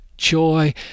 joy